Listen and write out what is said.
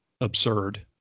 absurd